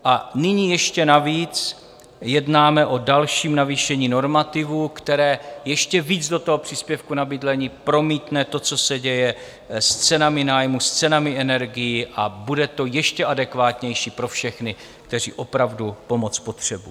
A nyní ještě navíc jednáme o dalším navýšení normativů, které ještě víc do příspěvku na bydlení promítne to, co se děje s cenami nájmu, s cenami energií, a bude to ještě adekvátnější pro všechny, kteří opravdu pomoc potřebují.